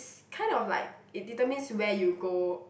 kind of like it determines where you go